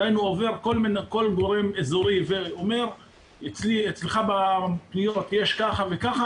דהיינו עובר כל גורם אזורי ואומר 'אצלך בפניות יש ככה וככה,